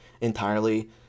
entirely